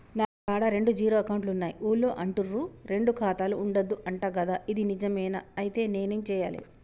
నా కాడా రెండు జీరో అకౌంట్లున్నాయి ఊళ్ళో అంటుర్రు రెండు ఖాతాలు ఉండద్దు అంట గదా ఇది నిజమేనా? ఐతే నేనేం చేయాలే?